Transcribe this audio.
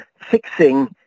fixing